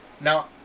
Now